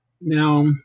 Now